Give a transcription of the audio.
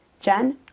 Jen